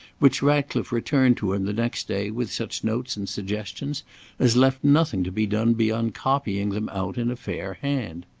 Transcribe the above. which ratcliffe returned to him the next day with such notes and suggestions as left nothing to be done beyond copying them out in a fair hand.